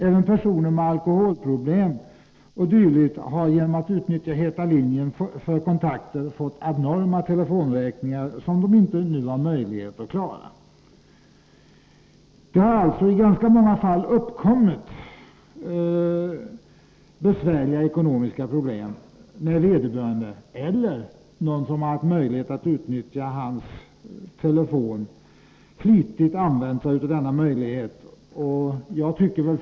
Även personer med alkoholproblem o. d. har genom att utnyttja ”heta linjen” för kontakter fått abnorma telefonräkningar som de nu inte har någon möjlighet att klara. Det har alltså i ganska många fall uppkommit besvärliga ekonomiska problem när vederbörande — eller någon som haft möjlighet att använda dennes telefon — flitigt utnyttjat möjligheten att ringa till ”heta linjen”.